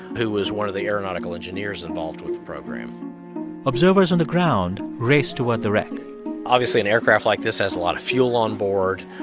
who was one of the aeronautical engineers involved with program observers on the ground raced toward the wreck obviously, an aircraft like this has a lot of fuel on board.